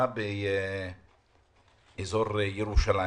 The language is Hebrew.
באזור ירושלים,